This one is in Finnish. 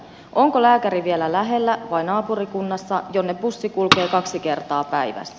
onko lääkäri vielä lähellä vai naapurikunnassa jonne bussi kulkee kaksi kertaa päivässä